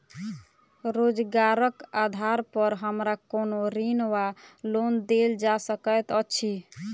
रोजगारक आधार पर हमरा कोनो ऋण वा लोन देल जा सकैत अछि?